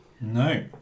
no